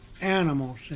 animals